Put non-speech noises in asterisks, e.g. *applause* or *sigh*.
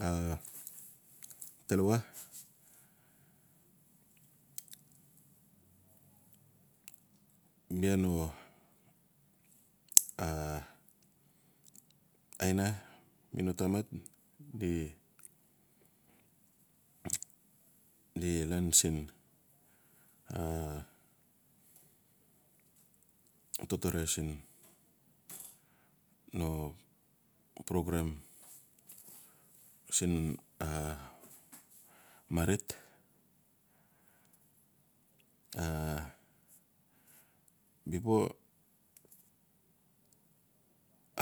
A talawa *hesitation* bia no aina mino tamat di nan siin a totore siin no prograame siin a marit. A before